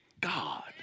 God